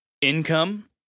income